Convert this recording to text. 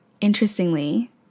interestingly